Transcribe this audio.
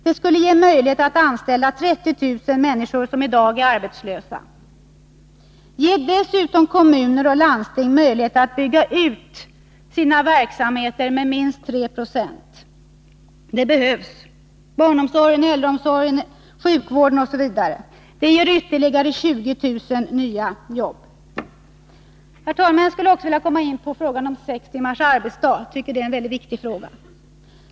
De skulle då få möjlighet att anställa 30 000 människor som i dag är arbetslösa. Ge dessutom kommuner och landsting möjlighet att bygga ut sina verksamheter med minst 3 20. Det behövs i barnomsorgen, sjukvården och äldreomsorgen, och det ger ytterligare 20 000 nya jobb. Herr talman! Jag skulle också vilja komma in på frågan om sex timmars arbetsdag. Jag tycker att det är en mycket viktig fråga.